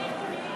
כן, כן.